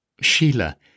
Sheila